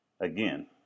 again